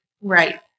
Right